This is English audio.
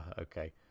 okay